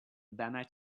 obama